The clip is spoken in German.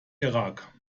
irak